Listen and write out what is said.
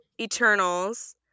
Eternals